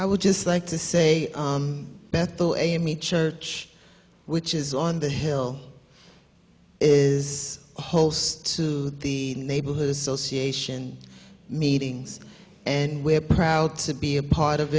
i would just like to say bethel ame church which is on the hill is host to the neighborhood association meetings and we're proud to be a part of